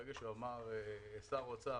ברגע שהוא אמר: שר האוצר,